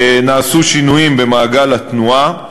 נעשו שינויים במעגל התנועה,